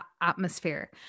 atmosphere